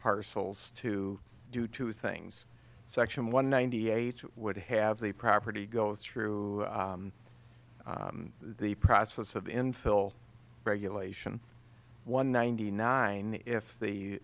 parcels to do two things section one ninety eight would have the property go through the process of infill regulation one ninety nine if the